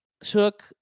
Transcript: took